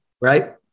Right